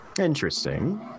Interesting